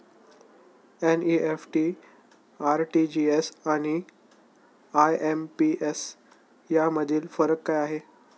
NEFT, RTGS आणि IMPS यामधील फरक काय आहे?